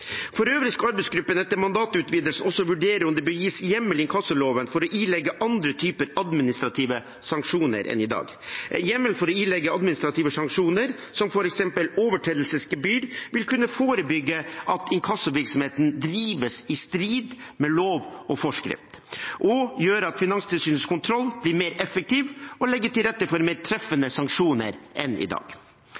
For øvrig skal arbeidsgruppen etter mandatutvidelse også vurdere om det bør gis hjemmel i inkassoloven for å ilegge andre typer administrative sanksjoner enn i dag. En hjemmel for å ilegge administrative sanksjoner som f.eks. overtredelsesgebyr vil kunne forebygge at inkassovirksomheten drives i strid med lov og forskrift, og gjøre at Finanstilsynets kontroll blir mer effektiv og legger til rette for mer treffende